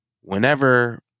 Whenever